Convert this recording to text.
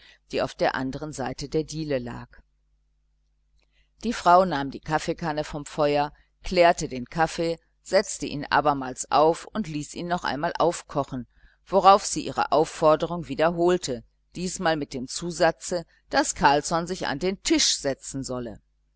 die auf der anderen seite der diele lag die frau nahm die kaffeekanne vom feuer klärte den kaffee setzte ihn abermals auf und ließ ihn noch einmal aufkochen worauf sie ihre aufforderung wiederholte diesmal mit dem zusatze daß carlsson sich an den tisch setzen solle